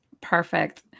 Perfect